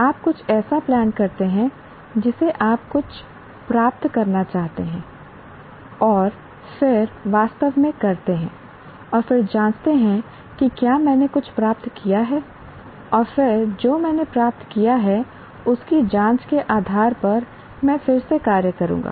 आप कुछ ऐसा प्लान करते हैं जिसे आप कुछ प्राप्त करना चाहते हैं और फिर वास्तव में करते हैं और फिर जाँचते हैं कि क्या मैंने कुछ प्राप्त किया है और फिर जो मैंने प्राप्त किया है उसकी जाँच के आधार पर मैं फिर से कार्य करूँगा